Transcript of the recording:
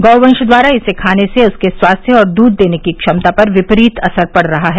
गौवंश द्वारा इसे खाने से उसके स्वास्थ्य और दूध देने की क्षमता पर विपरीत असर पड़ रहा है